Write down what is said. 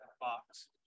box